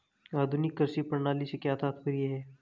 आधुनिक कृषि प्रणाली से क्या तात्पर्य है?